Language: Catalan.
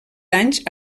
d’anys